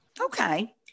Okay